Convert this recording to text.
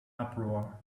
uproar